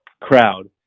crowd